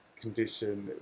condition